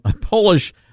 Polish